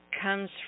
comes